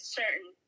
certain